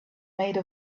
made